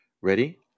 Ready